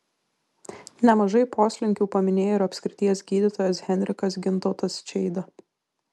nemažai poslinkių paminėjo ir apskrities gydytojas henrikas gintautas čeida